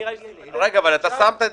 הגדלתם את